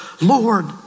Lord